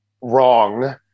wrong